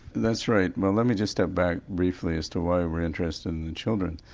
that's right. well let me just step back briefly as to why we're interested in children.